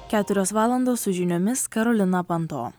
keturios valandos su žiniomis karolina panto